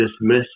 dismiss